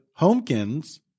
HOMEKINS